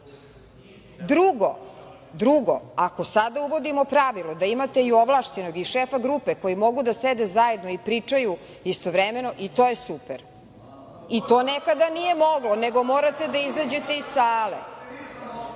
šta? Drugo, ako sada uvodimo pravilo da imate i ovlašćenog i šefa grupe koji mogu da sede zajedno i pričaju istovremeno, i to je super. To nekada nije moglo, nego morate da izađete iz